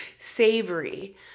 savory